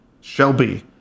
Shelby